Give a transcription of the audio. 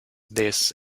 this